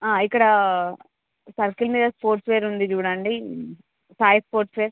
ఇక్కడ సర్కిల్ మీద sportswear ఉంది చూడండి సాయి స్పోర్ట్స్ వేర్